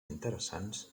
interessants